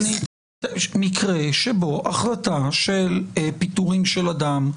מקרה בו החלטה של פיטורים של אדם.